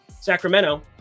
Sacramento